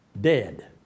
dead